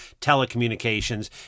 telecommunications